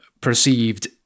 perceived